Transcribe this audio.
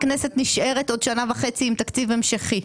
הכנסת נשארת עוד שנה וחצי עם תקציב המשכי.